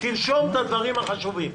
תרשום את הדברים החשובים.